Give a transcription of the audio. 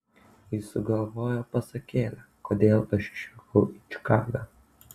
jis sugalvojo pasakėlę kodėl aš išvykau į čikagą